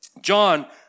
John